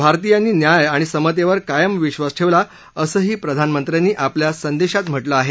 भारती यांनी न्याय आणि समतेवर कायम विधास ठेवला असंही प्रधानमंत्र्यांनी आपल्या संदेशात म्हटलं आहे